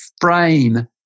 frame